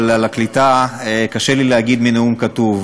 אבל על הקליטה קשה לי לדבר מנאום כתוב,